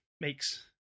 makes